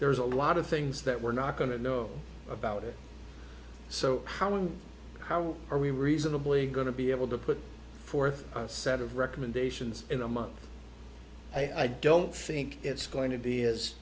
there's a lot of things that we're not going to know about it so how and how are we reasonably going to be able to put forth a set of recommendations in a month i don't think it's going to be as